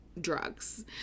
drugs